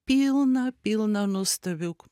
pilna pilna nuostabių